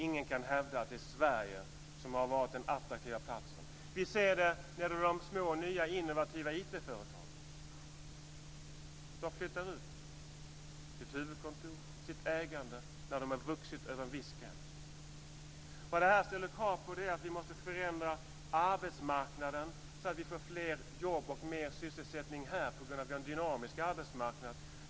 Ingen kan hävda att det är Sverige som har varit den attraktiva platsen. Vi ser det när de små, nya och innovativa IT-företagen flyttar ut sitt huvudkontor och sitt ägande när de vuxit över en viss gräns. Det ställer krav på att vi måste förändra arbetsmarknaden så att vi får fler jobb och mer sysselsättning här på grund av att vi har en dynamisk arbetsmarknad.